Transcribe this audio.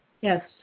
Yes